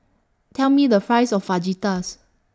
Tell Me The Price of Fajitas